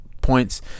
points